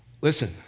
Listen